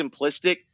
simplistic